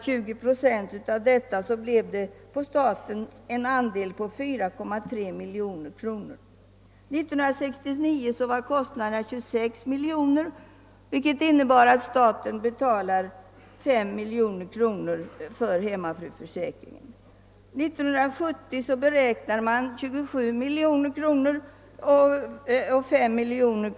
För 1970 beräknas denna försäkring kosta 27 miljoner kronor, av vilka staten skall svara för 5 miljoner.